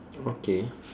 okay